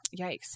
yikes